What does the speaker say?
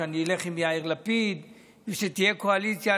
שאני אלך עם יאיר לפיד ושתהיה קואליציה,